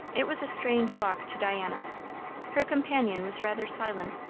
it was a strange walk to diana her companion was rather silent,